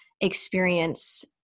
experience